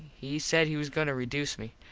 he said he was goin to reduce me.